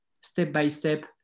step-by-step